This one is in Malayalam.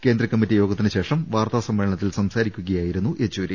കേന്ദ്ര കമ്മറ്റി യോഗത്തിന് ശേഷം വാർത്താ സമ്മേ ളനത്തിൽ സംസാരിക്കുകയായിരുന്നു യെച്ചൂരി